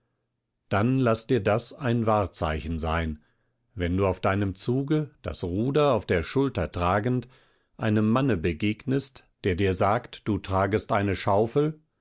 dann laß dir das ein wahrzeichen sein wenn du auf deinem zuge das ruder auf der schulter tragend einem manne begegnest der dir sagt du tragest eine schaufel